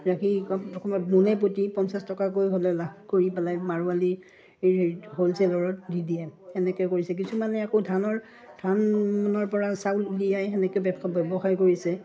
ৰাখি মোনে প্ৰতি পঞ্চাছ টকাকৈ হ'লে লাভ কৰি পেলাই মাৰোৱাৰী হেৰি হ'লচেলত দি দিয়ে সেনেকৈ কৰিছে কিছুমানে আকৌ ধানৰ ধানৰ পৰা চাউল উলিয়াই সেনেকৈ ব্যৱসায় কৰিছে